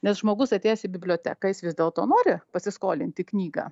nes žmogus atėjęs į bibliotekas jis vis dėlto nori pasiskolinti knygą